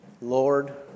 Lord